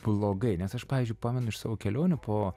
blogai nes aš pavyzdžiui pamenu iš savo kelionių po